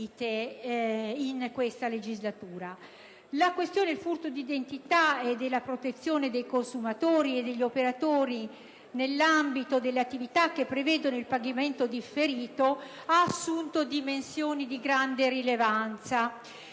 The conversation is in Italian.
La questione del furto di identità e della protezione dei consumatori e degli operatori nell'ambito delle attività che prevedono il pagamento differito ha assunto infatti dimensioni di grande rilevanza.